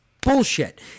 bullshit